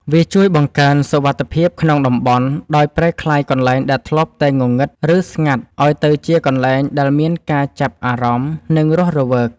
វាជួយបង្កើនសុវត្ថិភាពក្នុងតំបន់ ដោយប្រែក្លាយកន្លែងដែលធ្លាប់តែងងឹត ឬស្ងាត់ឱ្យទៅជាកន្លែងដែលមានការចាប់អារម្មណ៍ និងរស់រវើក។